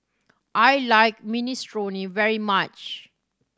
I like Minestrone very much